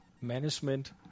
management